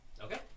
Okay